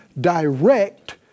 direct